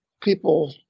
people